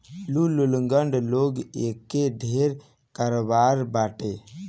लूल, लंगड़ लोग एके ढेर करवावत बाटे